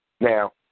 Now